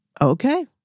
okay